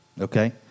Okay